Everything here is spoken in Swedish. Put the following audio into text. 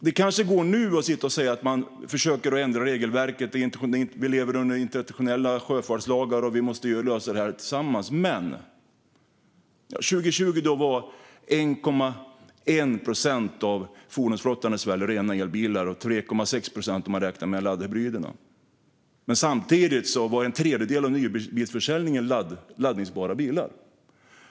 Det kanske går nu att sitta och säga att man försöker ändra regelverket, att vi lever under internationella sjöfartslagar och att vi måste lösa detta tillsammans. Men 2020 var det 1,1 procent av fordonsflottan i Sverige som var rena elbilar. Om man räknar med laddhybriderna var det 3,6 procent. Samtidigt utgjordes en tredjedel av nybilsförsäljningen av laddbara bilar.